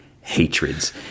hatreds